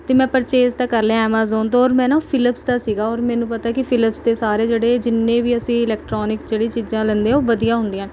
ਅਤੇ ਮੈਂ ਪਰਚੇਜ਼ ਤਾਂ ਕਰ ਲਿਆ ਐਮਾਜ਼ੋਨ ਤੋਂ ਔਰ ਮੈਂ ਨਾ ਫੀਲੀਪਸ ਦਾ ਸੀਗਾ ਔਰ ਮੈਨੂੰ ਪਤਾ ਕਿ ਫੀਲੀਪਸ ਦੇ ਸਾਰੇ ਜਿਹੜੇ ਜਿੰਨੇ ਵੀ ਅਸੀਂ ਇਲੈਕਟ੍ਰੋਨਿਕ ਜਿਹੜੀ ਚੀਜ਼ਾਂ ਲੈਂਦੇ ਆ ਉਹ ਵਧੀਆ ਹੁੰਦੀਆਂ